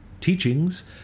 teachings